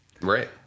right